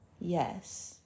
Yes